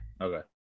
okay